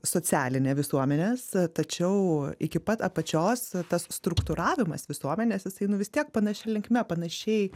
socialinė visuomenės tačiau iki pat apačios tas struktūravimas visuomenės jisai nu vis tiek panašia linkme panašiai